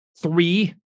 three